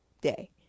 day